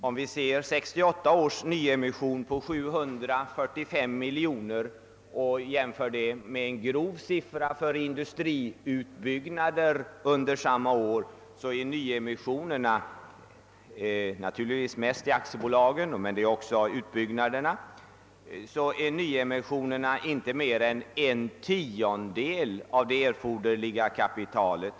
Om vi jämför 1968 års nyemissioner på 745 miljoner med en ungefärlig siffra för industriutbyggnader under samma år, så täcker nyemissionerna inte mer än en tiondel av det erforderliga kapitalet.